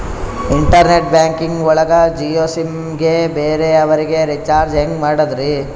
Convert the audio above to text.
Internet banking ಒಳಗ Jio sim ಗೆ ಬೇರೆ ಅವರಿಗೆ ರೀಚಾರ್ಜ್ ಹೆಂಗ್ ಮಾಡಿದ್ರಿ?